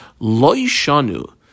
Loishanu